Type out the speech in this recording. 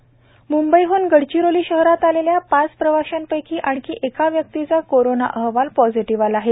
म्ंबईहन गडचिरोली शहरात आलेल्या पाच प्रवाशांपैकी आणखी एका व्यक्तीचा कोरोना अहवाल पॉझिटीव आला आहे